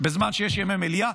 בזמן שיש ימי מליאה.